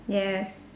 yes